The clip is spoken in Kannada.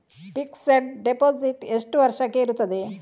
ಫಿಕ್ಸೆಡ್ ಡೆಪೋಸಿಟ್ ಎಷ್ಟು ವರ್ಷಕ್ಕೆ ಇರುತ್ತದೆ?